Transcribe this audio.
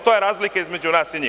To je razlika između nas i njih.